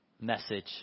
message